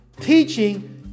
teaching